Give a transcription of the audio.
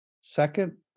second